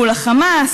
מול החמאס?